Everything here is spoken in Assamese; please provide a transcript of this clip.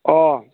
অঁ